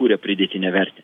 kuria pridėtinę vertę